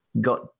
got